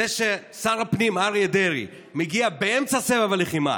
זה ששר הפנים אריה דרעי מגיע באמצע סבב הלחימה